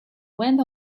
went